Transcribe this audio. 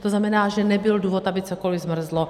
To znamená, že nebyl důvod, aby cokoli zmrzlo.